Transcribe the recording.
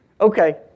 Okay